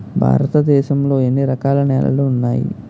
భారతదేశం లో ఎన్ని రకాల నేలలు ఉన్నాయి?